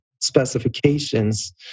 specifications